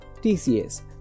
TCS